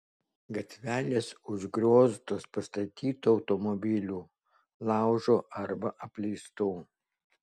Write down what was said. gatvelės užgrioztos pastatytų automobilių laužo arba apleistų